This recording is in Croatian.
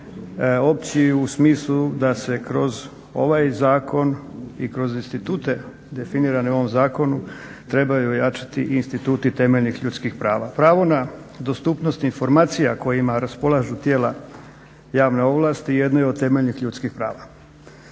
u smislu da se kroz ovaj zakon i kroz institute definirane u ovom zakonu trebaju ojačati instituti temeljnih ljudskih prava. Pravo na dostupnost informacija kojima raspolažu tijela javne ovlasti jedno je od temeljnih ljudskih prava.